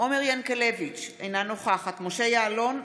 עומר ינקלביץ' אינה נוכחת משה יעלון,